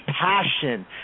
passion